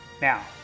Now